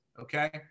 okay